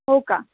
हो का